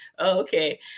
Okay